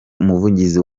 umuvugizi